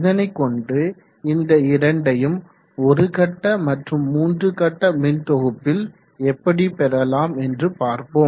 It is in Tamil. இதனைக் கொண்டு இந்த இரண்டையும் ஒருகட்ட மற்றும் மூன்று கட்ட மின்தொகுப்பில் எப்படி பெறலாம் என்று பார்ப்போம்